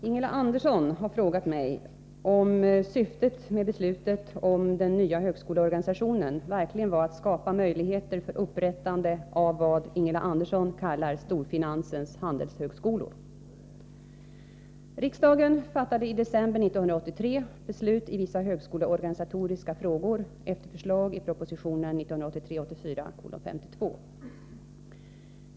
Herr talman! Ingela Andersson har frågat mig om syftet med beslutet om den nya högskoleorganisationen verkligen var att skapa möjligheter för återupprättande av vad Ingela Andersson kallar storfinansens handelshögskolor. Riksdagen fattade i december 1983 beslut i vissa högskoleorganisatoriska frågor efter förslag i proposition 1983/84:52.